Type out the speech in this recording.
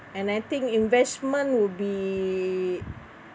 and I think investment would be